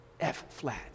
F-flat